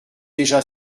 déjà